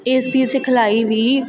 ਇਸ ਦੀ ਸਿਖਲਾਈ ਵੀ